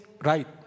right